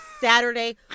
Saturday